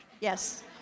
Yes